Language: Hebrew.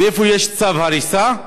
ואיפה יש צו הריסה,